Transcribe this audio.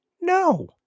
No